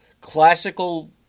classical